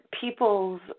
people's